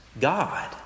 God